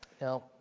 Now